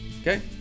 Okay